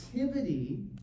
activity